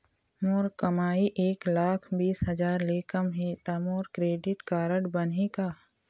मोर कमाई एक लाख बीस हजार ले कम हे त मोर क्रेडिट कारड बनही का?